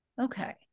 Okay